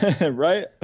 Right